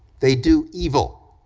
they do evil.